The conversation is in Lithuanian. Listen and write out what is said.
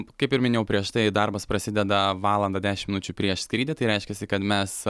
kaip ir minėjau prieš tai darbas prasideda valandą dešimt minučių prieš skrydį tai reiškiasi kad mes